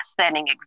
setting